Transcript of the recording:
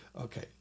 Okay